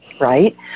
right